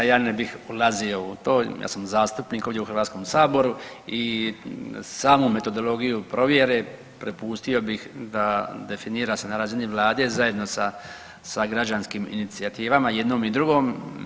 Ja ne bih ulazio u to, ja sam zastupnik ovdje u Hrvatskom saboru i samu metodologiju provjere prepustio bih da definira se na razini Vlade zajedno sa građanskim inicijativama i jednom i drugom.